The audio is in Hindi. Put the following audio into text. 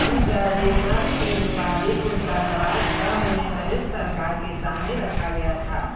श्री जॉर्जेनस के मुताबिक उनका सवाल छ महीने पहले सरकार के सामने रखा गया था